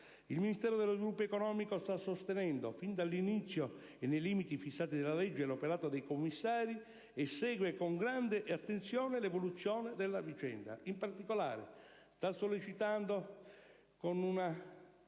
Il Ministero dello sviluppo economico sta sostenendo, fin dall'inizio e nei limiti fissati dalla legge l'operato dei commissari, e segue con grande attenzione l'evoluzione della vicenda. In particolare, sta sollecitando, con